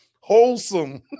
Wholesome